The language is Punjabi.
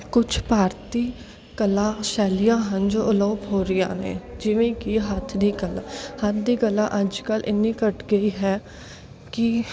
ਕੁਛ ਭਾਰਤੀ ਕਲਾ ਸ਼ੈਲੀਆਂ ਹਨ ਜੋ ਅਲੋਪ ਹੋ ਰਹੀਆਂ ਨੇ ਜਿਵੇਂ ਕਿ ਹੱਥ ਦੀ ਕਲਾ ਹੱਥ ਦੀ ਕਲਾ ਅੱਜ ਕੱਲ੍ਹ ਇੰਨੀ ਘੱਟ ਗਈ ਹੈ ਕਿ